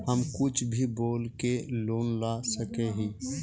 हम कुछ भी बोल के लोन ला सके हिये?